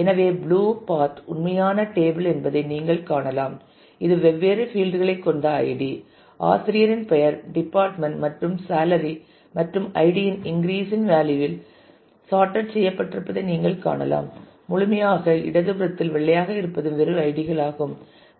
எனவே blue part உண்மையான table என்பதை நீங்கள் காணலாம் இது வெவ்வேறு பீல்ட்களைக் கொண்ட ஐடி ஆசிரியரின் பெயர் டிபார்ட்மெண்ட் மற்றும் சேலரி மற்றும் ஐடி யின் இன்கிரீசிங் வேல்யூ இல் சார்ட்டட் செய்யப்பட்டிருப்பதை நீங்கள் காணலாம் முழுமையாக இடதுபுறத்தில் வெள்ளையாக இருப்பது வெறும் ஐடி களாகும்